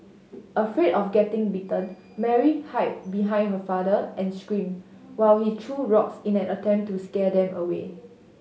afraid of getting bitten Mary hide behind her father and screamed while he threw rocks in an attempt to scare them away